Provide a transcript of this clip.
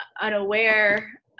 unaware